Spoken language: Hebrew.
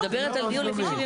היא מדברת על דיון לפי 77,